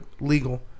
legal